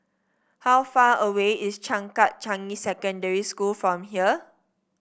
how far away is Changkat Changi Secondary School from here